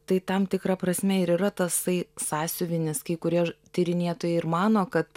tai tam tikra prasme ir yra tasai sąsiuvinis kai kurie tyrinėtojai ir mano kad